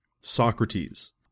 Socrates